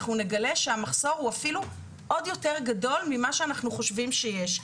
אנחנו נגלה שהמחסור הוא אפילו עוד יותר גדול ממה שאנחנו חושבים שיש.